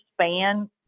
span